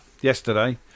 yesterday